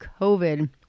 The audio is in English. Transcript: COVID